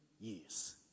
years